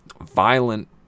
violent